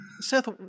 Seth